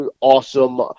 awesome